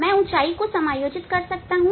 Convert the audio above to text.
मैं ऊंचाई को समायोजित कर सकता हूं